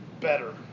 better